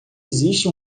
existe